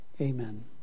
Amen